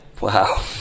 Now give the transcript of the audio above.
Wow